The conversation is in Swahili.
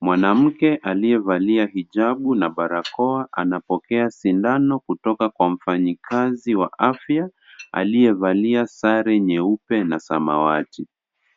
Mwanamke aliyevalia hijabu na barakoa anapokea sindano kutoka kwa mfanyikazi wa afya aliyevalia sare nyeupe na samawati.